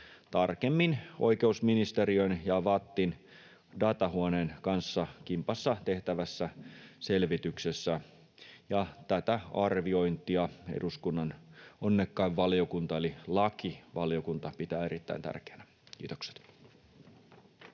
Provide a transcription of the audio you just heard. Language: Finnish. tarkemmin oikeusministeriön ja VATTin Datahuoneen kanssa kimpassa tehtävässä selvityksessä, ja tätä arviointia eduskunnan onnekkain valiokunta eli lakivaliokunta pitää erittäin tärkeänä. — Kiitokset.